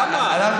למה?